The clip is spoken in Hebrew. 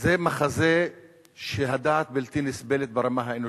זה מחזה שהדעת אינה סובלת ברמה האנושית,